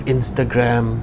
Instagram